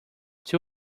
two